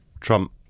Trump